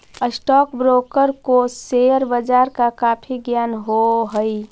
stock broker को share बाजार का काफी ज्ञान हो हई